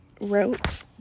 wrote